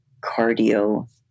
cardio